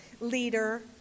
leader